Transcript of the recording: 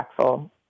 impactful